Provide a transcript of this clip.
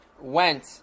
went